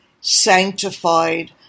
sanctified